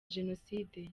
jenoside